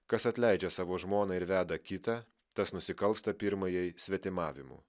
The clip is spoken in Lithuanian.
kas atleidžia savo žmoną ir veda kitą tas nusikalsta pirmajai svetimavimu